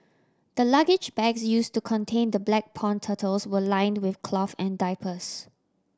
the luggage bags use to contain the black pond turtles were lined with cloth and diapers